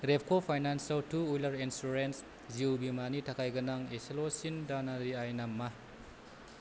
रेपक' finance आव टु हुइलार इन्सुरेन्स जिउ बीमानि थाखाय गोनां इसेल'सिन दानारि आइना मा